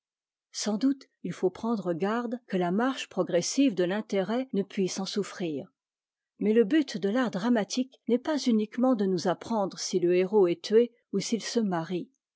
sans doute il faut prendre garde que la marche progressive de l'intérêt ne puisse en souffrir mais le but de l'art dramatique n'est pas uniquement de nous apprendre si le héros est tué ou s'il se marie